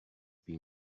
been